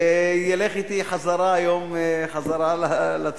וילך אתי חזרה היום לצבא.